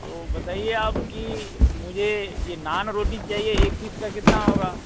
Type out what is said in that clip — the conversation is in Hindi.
तो बताइए आप कि मुझे ये नान रोटी चाहिए एक पीस का कितना होगा